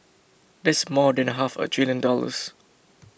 that's more than half a trillion dollars